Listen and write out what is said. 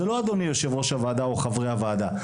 זה לא אדוני יו"ר הוועדה או חברי הוועדה.